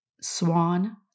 Swan